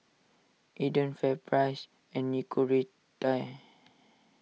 Aden FairPrice and Nicorette